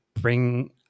bring